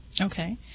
Okay